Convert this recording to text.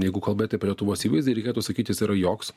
jeigu kalbėt apie lietuvos įvaizdį reikėtų sakyt jis yra joks